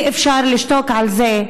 אי-אפשר לשתוק על זה,